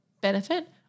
benefit